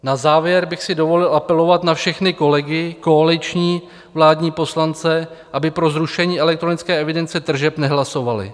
Na závěr bych si dovolil apelovat na všechny kolegy koaliční vládní poslance, aby pro zrušení elektronické evidence tržeb nehlasovali.